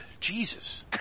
Jesus